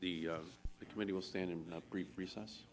the committee will stand in brief recess